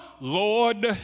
lord